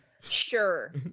sure